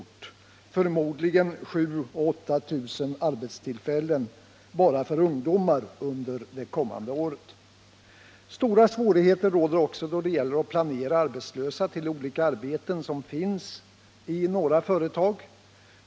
Redan under nästa år kommer det förmodligen att röra sig om 7 000 å 8 000 arbetstillfällen bara för ungdomar. Stora svårigheter råder även då det gäller att placera arbetslösa på de arbeten som finns i några företag.